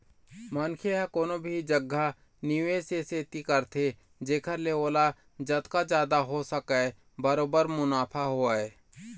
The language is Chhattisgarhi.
मनखे ह कोनो भी जघा निवेस ए सेती करथे जेखर ले ओला जतका जादा हो सकय बरोबर मुनाफा होवय